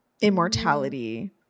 immortality